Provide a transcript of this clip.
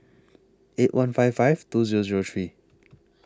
eight one five five two Zero Zero three